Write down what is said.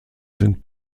sind